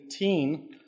18